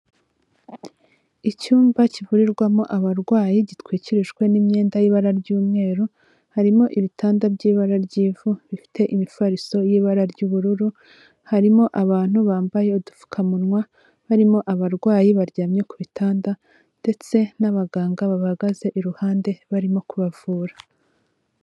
Icyumba kivurirwamo abarwayi gitwikirijwe n'imyenda y'ibara ry'umweru, harimo ibitanda by'ibara ry'ivu bifite imifariso y'ibara ry'ubururu, harimo abantu bambaye udupfukamunwa, barimo abarwayi baryamye ku bitanda ndetse n'abaganga babahagaze iruhande barimo kubavura.